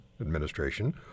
administration